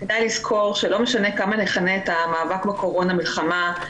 כדאי לזכור שלא משנה כמה נכנה את המאבק בקורונה מלחמה,